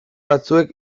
batzuek